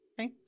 okay